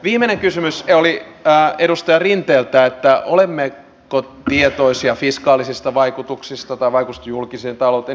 viimeinen kysymys oli edustaja rinteeltä että olemmeko tietoisia fiskaalisista vaikutuksista tai vaikutuksista julkiseen talouteen ja niin edespäin